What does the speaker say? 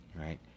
Right